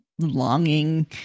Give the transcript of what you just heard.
longing